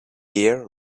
gear